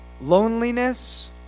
loneliness